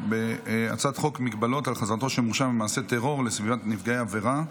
הצעת חוק מגבלות על חזרתו של מורשע במעשה טרור לסביבת נפגעי העבירה,